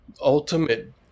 ultimate